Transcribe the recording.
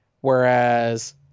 Whereas